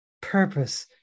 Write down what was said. purpose